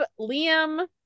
Liam